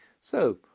So